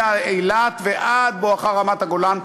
מאילת ועד בואכה רמת-הגולן,